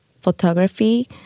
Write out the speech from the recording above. photography